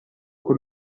con